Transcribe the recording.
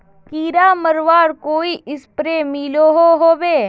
कीड़ा मरवार कोई स्प्रे मिलोहो होबे?